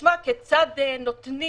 נשמע כיצד נותנים